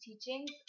teachings